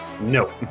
no